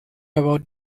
about